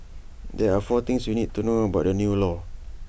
there are four things you need to know about the new law